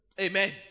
Amen